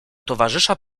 towarzysza